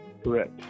correct